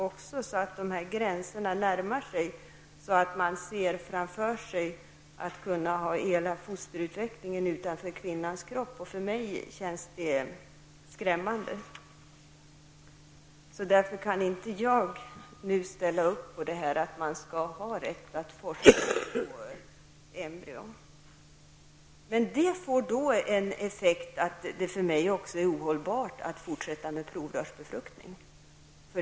Därför närmar sig gränserna varandra, så att man framför sig ser möjligheten att ha hela fosterutvecklingen utanför kvinnans kropp. För mig känns det skrämmande. Därför kan inte jag nu ställa upp på att man skall ha rätt att forska på embryon. Detta får till effekt att det för mig också är ohållbart att fortsätta med provrörsbefruktning.